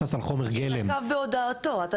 ייבוא זה ייבוא, וייצור בארץ זה יצור.